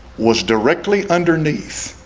was directly underneath